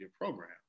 program